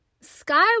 Sky